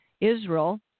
Israel